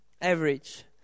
Average